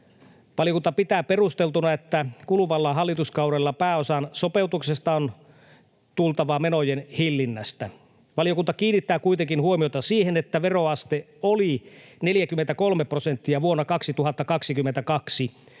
Valiokunta pitää perusteltuna, että kuluvalla hallituskaudella pääosan sopeutuksesta on tultava menojen hillinnästä. Valiokunta kiinnittää kuitenkin huomiota siihen, että veroaste oli 43 prosenttia vuonna 2022,